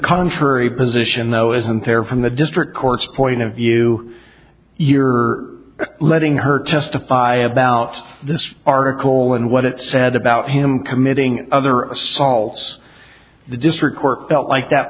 contrary position though isn't there from the district courts point of view you are letting her testify about this article and what it said about him committing other assaults the district court felt like that